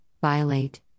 violate